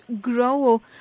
grow